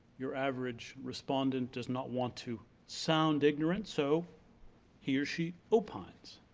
your average respondent does not want to sound ignorant, so he or she opines.